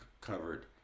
covered